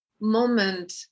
moment